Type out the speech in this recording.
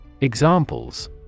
Examples